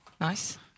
Nice